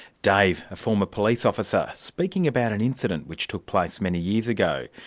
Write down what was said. dave, a former police officer, speaking about an incident which took place many years ago.